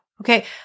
Okay